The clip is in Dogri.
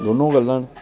दोनो गल्लां न